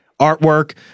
artwork